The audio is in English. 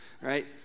right